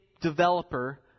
developer